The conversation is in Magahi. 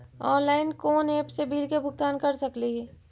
ऑनलाइन कोन एप से बिल के भुगतान कर सकली ही?